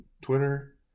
Twitter